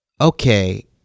okay